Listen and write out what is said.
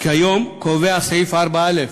כיום קובע סעיף 4(א)